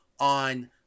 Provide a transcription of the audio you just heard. on